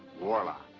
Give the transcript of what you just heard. warlock.